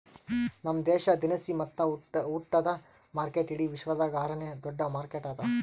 ನಮ್ ದೇಶ ದಿನಸಿ ಮತ್ತ ಉಟ್ಟದ ಮಾರ್ಕೆಟ್ ಇಡಿ ವಿಶ್ವದಾಗ್ ಆರ ನೇ ದೊಡ್ಡ ಮಾರ್ಕೆಟ್ ಅದಾ